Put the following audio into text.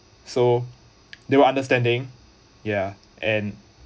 so they were understanding ya and